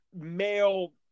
male